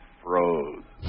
froze